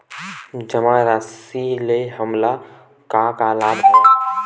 जमा राशि ले हमला का का लाभ हवय?